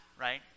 right